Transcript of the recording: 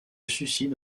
suicide